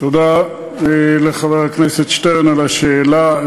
תודה לחבר הכנסת שטרן על השאלה.